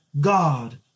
God